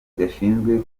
gashinzwe